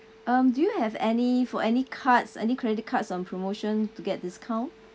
um do you have any for any cards any credit cards on promotion to get discount